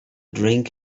drink